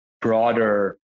broader